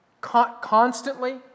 constantly